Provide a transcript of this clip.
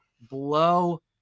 blow